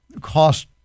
cost